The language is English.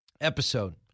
episode